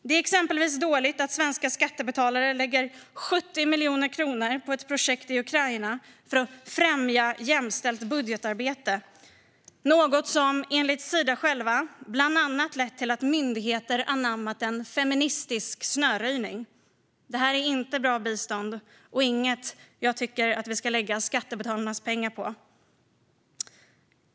Det är exempelvis dåligt att svenska skattebetalare lägger 70 miljoner kronor på ett projekt i Ukraina för att främja jämställt budgetarbete. Detta är något som enligt Sida själva bland annat har lett till att myndigheter har anammat en feministisk snöröjning. Detta är inte bra bistånd och inget jag tycker att vi ska lägga skattebetalarnas pengar på.